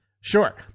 Sure